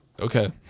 Okay